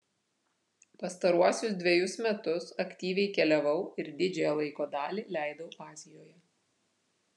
pastaruosius dvejus metus aktyviai keliavau ir didžiąją laiko dalį leidau azijoje